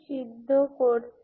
আপনি P n 1nPn দেখেছেন